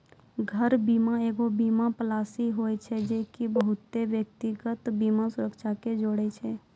घर बीमा एगो बीमा पालिसी होय छै जे की बहुते व्यक्तिगत बीमा सुरक्षा के जोड़े छै